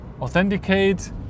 authenticate